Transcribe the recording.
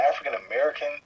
African-American